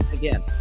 Again